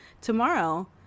tomorrow